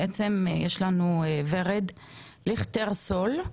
בעצם יש לנו את ורד ליכטר סול,